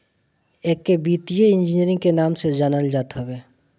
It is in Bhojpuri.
एके वित्तीय इंजीनियरिंग के नाम से जानल जात हवे